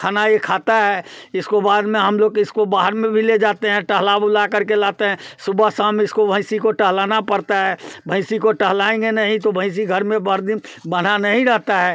खाना ये खाता है इसको बाद में हम लोग इसको बाहर में भी ले जाते हैं टहला बुला करके लाते हैं सुबह शाम इसको भैंसी को टहलाना पड़ता है भैंसी को टहलाएँगे नहीं तो भैंसी घर में भर दिन बंधा नहीं रहता है